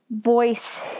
voice